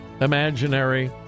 imaginary